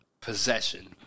possession